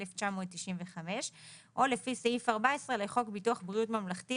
התשנ"ה-1995 או לפי סעיף 14 לחוק ביטוח בריאות ממלכתי,